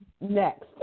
next